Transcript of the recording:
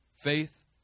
Faith